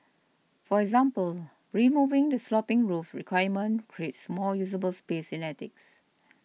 for example removing the sloping roof requirement creates more usable space in attics